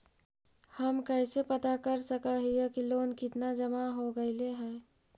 हम कैसे पता कर सक हिय की लोन कितना जमा हो गइले हैं?